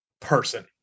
person